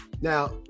Now